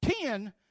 Ten